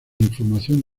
información